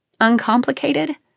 Uncomplicated